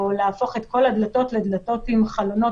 או להפוך את כל הדלתות לדלתות עם חלונות